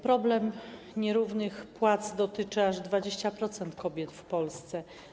Problem nierównych płac dotyczy aż 20% kobiet w Polsce.